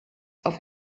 auf